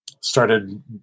started